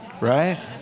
right